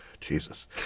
Jesus